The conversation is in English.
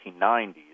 1990s